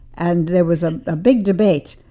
and there was a ah big debate.